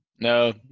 No